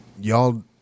y'all